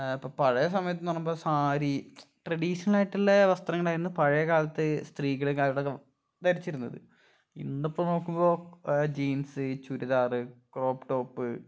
ഇപ്പം പഴയ സമയത്ത് എന്ന് പറയുമ്പോൾ സാരി ട്രഡീഷണൽ ആയിട്ടുള്ള വസ്ത്രങ്ങളായിരുന്നു പഴയ കാലത്ത് സ്ത്രീകൾ കാലത്തൊക്കെ ധരിച്ചിരുന്നത് ഇന്നിപ്പം നോക്കുമ്പോൾ ജീൻസ് ചുരിദാറ് ക്രോപ്പ് ടോപ്പ്